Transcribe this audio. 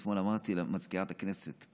אתמול אמרתי למזכירת הכנסת,